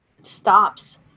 stops